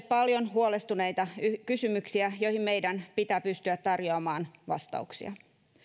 paljon huolestuneita kysymyksiä joihin meidän pitää pystyä tarjoamaan vastauksia